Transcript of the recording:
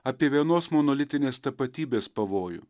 apie vienos monolitinės tapatybės pavojų